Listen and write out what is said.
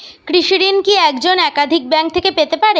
কৃষিঋণ কি একজন একাধিক ব্যাঙ্ক থেকে পেতে পারে?